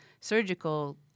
surgical